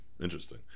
interesting